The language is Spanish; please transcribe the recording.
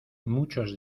muchos